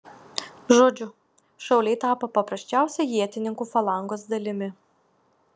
žodžiu šauliai tapo paprasčiausia ietininkų falangos dalimi